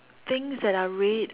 things that are red